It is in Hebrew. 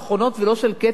אלא של "כנרת",